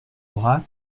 bras